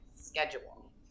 schedule